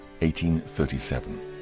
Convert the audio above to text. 1837